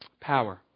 power